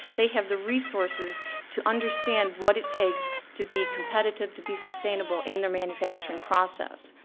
they have the resources to understand what it takes to be competitive, to be sustainable in their manufacturing process.